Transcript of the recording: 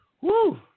Woo